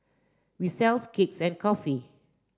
we sells cakes and coffee